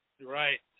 Right